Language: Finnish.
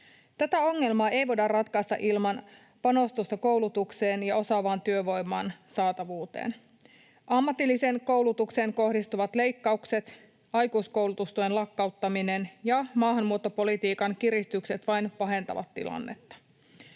Tätä ongelmaa ei voida ratkaista ilman panostusta koulutukseen ja osaavan työvoiman saatavuuteen. Ammatilliseen koulutukseen kohdistuvat leikkaukset, aikuiskoulutustuen lakkauttaminen ja maahanmuuttopolitiikan kiristykset vain pahentavat tilannetta.